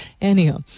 Anyhow